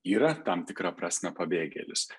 yra tam tikra prasme pabėgėlis